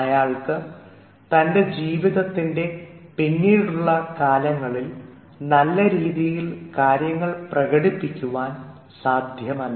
അയാൾക്ക് തൻറെ ജീവിതത്തിൻറെ പിന്നീടുള്ള കാലങ്ങളിൽ നല്ല രീതിയിൽ കാര്യങ്ങൾ പ്രകടിപ്പിക്കുവാൻ സാധ്യമല്ല